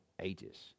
ages